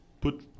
put